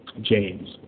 James